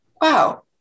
wow